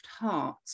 heart